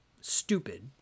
stupid